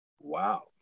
wow